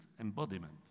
embodiment